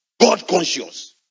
God-conscious